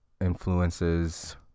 influences